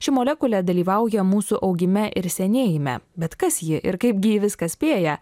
ši molekulė dalyvauja mūsų augime ir senėjime bet kas ji ir kaip gi ji viską spėja